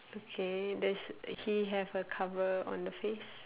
okay there's he have a cover on the face